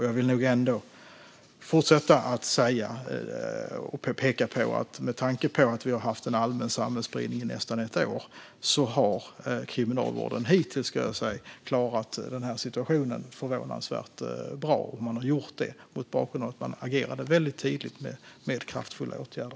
Jag vill nog ändå fortsätta peka på att med tanke på att vi har haft en allmän samhällsspridning i nästan ett år har kriminalvården hittills klarat situationen förvånansvärt bra, och man har gjort det mot bakgrund av att man agerade väldigt tidigt med kraftfulla åtgärder.